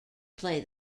play